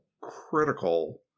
critical